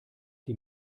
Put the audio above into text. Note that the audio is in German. die